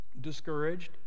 discouraged